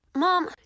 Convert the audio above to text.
Mom